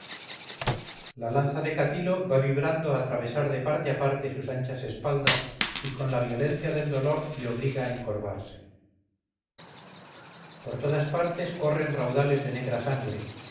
la lanza de catilo va vibrando a atravesar de parte a parte sus anchas espaldas y con la violencia del dolor le obliga a encorvarse por todas partes corren raudales de negra sangre